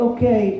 Okay